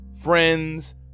Friends